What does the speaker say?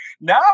no